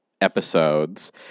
episodes